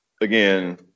again